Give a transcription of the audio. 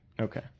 Okay